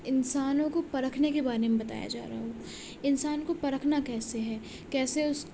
انسانوں کو پرکھنے کے بارے میں بتایا جا رہا ہو انسان کو پرکھنا کیسے ہے کیسے اس